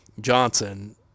Johnson